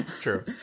true